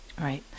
Right